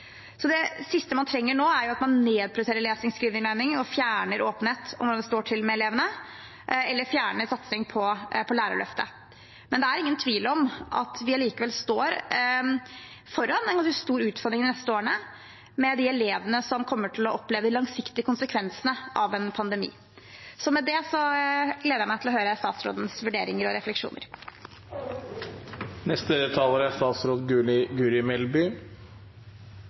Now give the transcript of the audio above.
Det siste man trenger nå, er at man nedprioriterer lesing, skriving og regning og fjerner åpenhet om hvordan det står til med elevene, eller fjerner satsingen på Lærerløftet. Men det er ingen tvil om at vi allikevel står foran en ganske stor utfordring de neste årene, med de elevene som kommer til å oppleve de langsiktige konsekvensene av en pandemi. Med det gleder jeg meg til å høre statsrådens vurderinger og